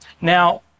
Now